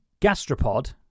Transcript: gastropod